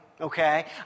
okay